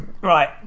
right